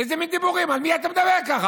איזה מין דיבורים, על מי אתה מדבר ככה?